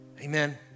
Amen